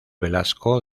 velasco